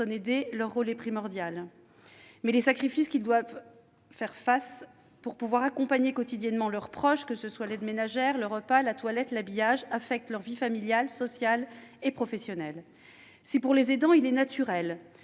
aidée, leur rôle est primordial. Mais les sacrifices qu'ils doivent faire pour pouvoir accompagner quotidiennement leurs proches- aide-ménagère, repas, toilette, habillage ... -affectent leur vie familiale, sociale et professionnelle. Si, pour les aidants, il est naturel